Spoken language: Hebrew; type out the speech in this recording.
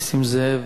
נסים זאב,